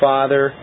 Father